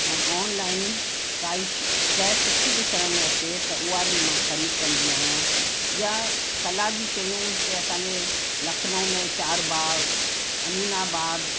ऐं ऑनलाइन काई श शइ सुठी ॾिसण में अचे त उहा बि मां ख़रीद कंदी आ्यांहि या कला जी शयूं ते असांजे लखनऊ में चारबाग अमीनाबाद